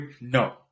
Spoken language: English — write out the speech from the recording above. no